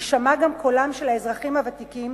יישמע גם קולם של האזרחים הוותיקים